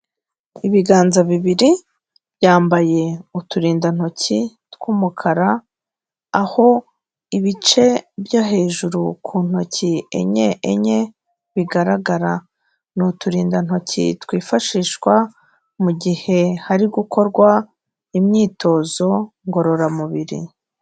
Ibiganza bibiri byambaye uturindantoki tw'umukara aho ibice byo hejuru ku ntoki enye enye bigaragara, ni uturindantoki twifashishwa mu gihe bari gukora imyitozo ngororamubiri.